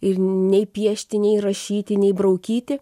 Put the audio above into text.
ir nei piešti nei rašyti nei braukyti